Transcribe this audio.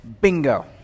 bingo